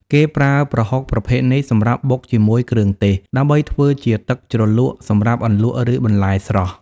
គេប្រើប្រហុកប្រភេទនេះសម្រាប់ បុកជាមួយគ្រឿងទេស ដើម្បីធ្វើជាទឹកជ្រលក់សម្រាប់អន្លក់ ឬបន្លែស្រស់។